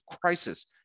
crisis